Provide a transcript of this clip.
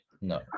No